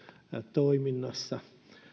toiminnassa